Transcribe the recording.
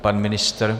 Pan ministr?